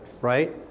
right